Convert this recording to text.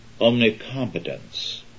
omnicompetence